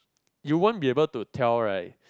you won't be able to tell right